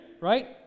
right